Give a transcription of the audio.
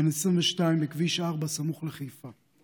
בן 22, בכביש 4 סמוך לחיפה.